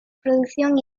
producción